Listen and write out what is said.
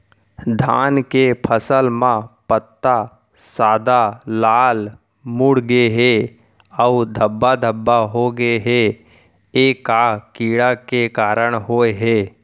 धान के फसल म पत्ता सादा, लाल, मुड़ गे हे अऊ धब्बा धब्बा होगे हे, ए का कीड़ा के कारण होय हे?